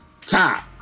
top